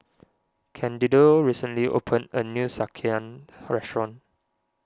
Candido recently opened a new Sekihan restaurant